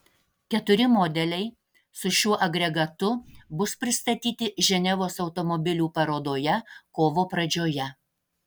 keturi modeliai su šiuo agregatu bus pristatyti ženevos automobilių parodoje kovo pradžioje